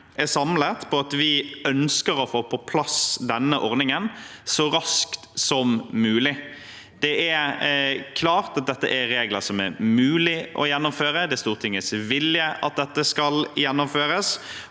er samlet om at vi ønsker å få på plass denne ordningen så raskt som mulig. Det er klart at dette er regler det er mulig å gjennomføre. Det er Stortingets vilje at dette skal gjennomføres.